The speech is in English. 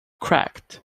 cracked